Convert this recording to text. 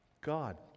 god